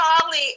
Charlie